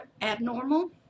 abnormal